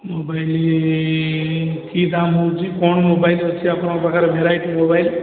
mobile କିଏ କାହା ନେଉଛି କ'ଣ ମୋବାଇଲ୍ ଅଛି ଆପଣଙ୍କ ପାଖରେ ଭେରାଇଟି ମୋବାଇଲ୍